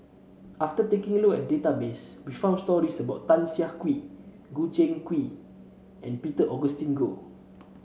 after taking a look at database we found stories about Tan Siah Kwee Choo Seng Quee and Peter Augustine Goh